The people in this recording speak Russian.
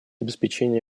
обеспечения